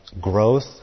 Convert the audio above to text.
growth